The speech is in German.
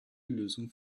lösung